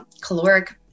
caloric